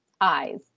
eyes